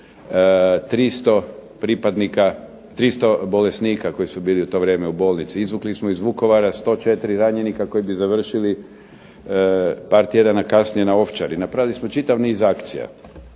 300 bolesnika koji su bili u to vrijeme u bolnici. Izvukli smo iz Vukovara 104 ranjenika koji bi završili par tjedana kasnije na Ovčari. Napravili smo čitav niz akcija.